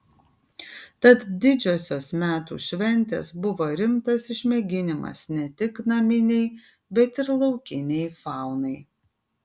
tad didžiosios metų šventės buvo rimtas išmėginimas ne tik naminei bet ir laukinei faunai